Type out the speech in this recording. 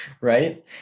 right